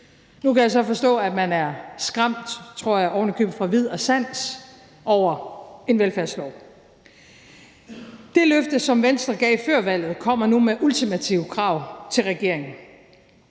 Nu kan jeg så forstå, at man er skræmt, tror jeg, oven i købet fra vid og sans over en velfærdslov. Det løfte, som Venstre gav før valget, kommer nu med ultimative krav til regeringen,